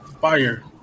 Fire